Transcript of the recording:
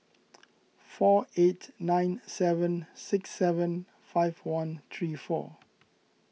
four eight nine seven six seven five one three four